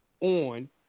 on